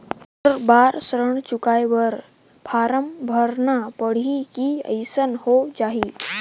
हर बार ऋण चुकाय बर फारम भरना पड़ही की अइसने हो जहीं?